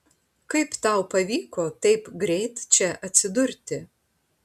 kaip tau pavyko taip greit čia atsidurti